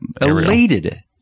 elated